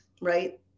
right